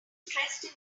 stressed